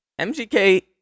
MGK